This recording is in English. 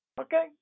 Okay